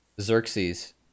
Xerxes